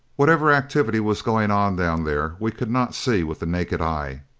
whatever activity was going on down there we could not see with the naked eye.